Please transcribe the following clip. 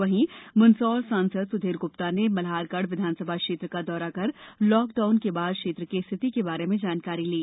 वहीं मंदसौर सांसद सुधीर गुप्ता ने मल्हारगढ़ विधानसभा क्षेत्र का दौरा कर लॉकडाउन के बाद क्षेत्र की स्थिति के बारे में जानकारी ली